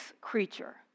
creature